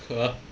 ha